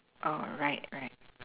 alright right